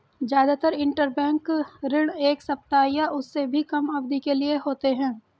जादातर इन्टरबैंक ऋण एक सप्ताह या उससे भी कम अवधि के लिए होते हैं